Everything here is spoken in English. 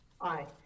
Aye